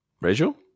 Rachel